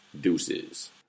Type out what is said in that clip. deuces